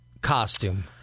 costume